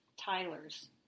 Tyler's